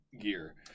gear